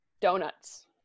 Donuts